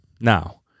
Now